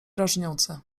drażniące